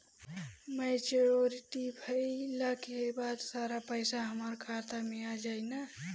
Maturity भईला के बाद सारा पईसा हमार खाता मे आ जाई न?